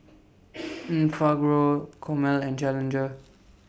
Enfagrow Chomel and Challenger